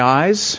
eyes